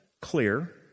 clear